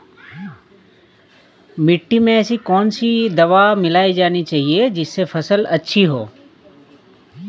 मिट्टी में ऐसी कौन सी दवा मिलाई जानी चाहिए जिससे फसल अच्छी हो?